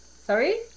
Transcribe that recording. Sorry